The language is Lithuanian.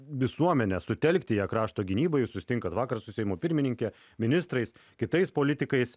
visuomenę sutelkti ją krašto gynybai susitinkat vakar su seimo pirmininke ministrais kitais politikais